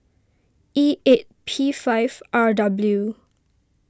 E eight P five R W